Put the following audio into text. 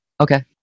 okay